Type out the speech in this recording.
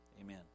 Amen